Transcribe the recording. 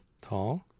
tall